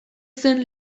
zen